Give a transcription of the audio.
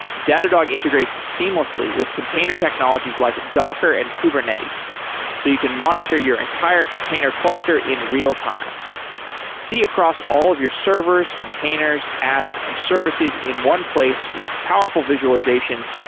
datadog integrates seamlessly with container technologies like docker and kubernetes so you can monitor your entire container cluster in real-time. see across all of your servers, containers, apps and services in one place with powerful visualizations,